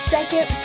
Second